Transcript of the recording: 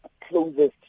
closest